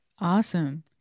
Awesome